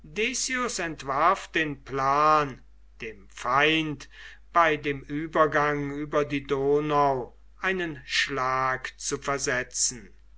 entwarf den plan dem feind bei dem übergang über die donau einen schlag zu versetzen